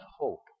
hope